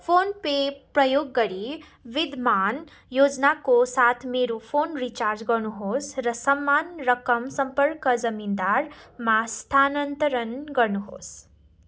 phone pay प्रयोग गरी विद्यमान योजनाको साथ मेरो फोन रिचार्ज गर्नुहोस् र समान रकम सम्पर्क जमिनदारमा स्थानान्तरण गर्नुहोस्